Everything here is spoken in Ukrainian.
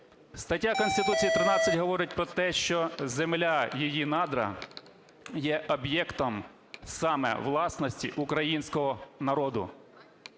Стаття Конституції 13 говорить про те, що земля, її надра є об'єктом саме власності українського народу.